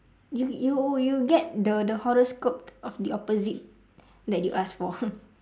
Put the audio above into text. you you you get the the horoscope of the opposite that you ask for